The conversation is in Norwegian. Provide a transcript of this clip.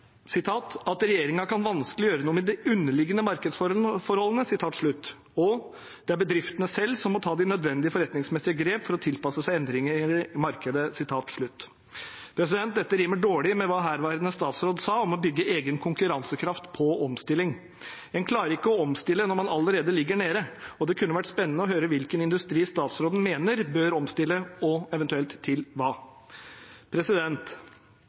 kan gjøre noe med de underliggende markedsforholdene. Bedriftene må selv ta de nødvendige forretningsmessige grep for å tilpasse seg endringer i markedet.» Dette rimer dårlig med hva herværende statsråd sa om å bygge egen konkurransekraft på omstilling. En klarer ikke å omstille når en allerede ligger nede, og det kunne vært spennende å høre hvilken industri statsråden mener bør omstille, og eventuelt til hva.